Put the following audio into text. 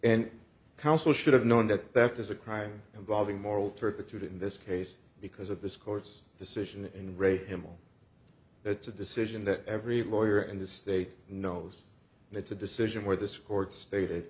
and counsel should have known that that is a crime involving moral turpitude in this case because of this court's decision in re him that's a decision that every lawyer in the state knows and it's a decision where this court stated